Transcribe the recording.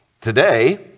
today